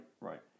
right